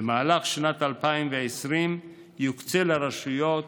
במהלך שנת 2020 יוקצה לרשויות